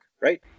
Right